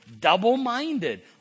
double-minded